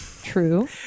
true